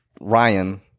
Ryan